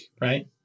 right